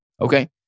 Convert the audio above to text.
okay